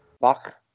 Bach